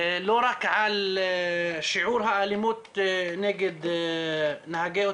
לא רק על שיעור האלימות נגד נהגי אוטובוסים,